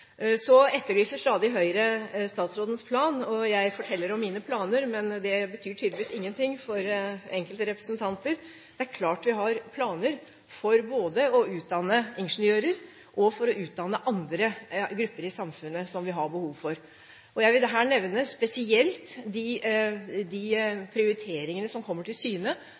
Så etterlyser stadig Høyre statsrådens plan. Jeg forteller om mine planer, men det betyr tydeligvis ingenting for enkelte representanter. Det er klart vi har planer både for å utdanne ingeniører og for å utdanne andre grupper i samfunnet som vi har behov for. Jeg vil her nevne spesielt de prioriteringene som kom til syne